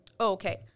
Okay